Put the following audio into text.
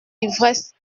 ivresse